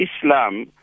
Islam